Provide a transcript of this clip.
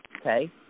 okay